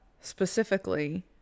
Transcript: specifically